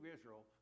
Israel